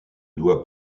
doit